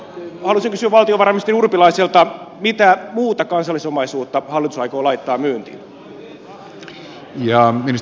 ja haluaisin kysyä valtiovarainministeri urpilaiselta mitä muuta kansallisomaisuutta hallitus aikoo laittaa myyntiin